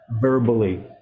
verbally